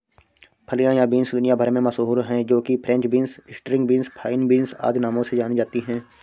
फलियां या बींस दुनिया भर में मशहूर है जो कि French beans, string beans, fine beans आदि नामों से जानी जाती है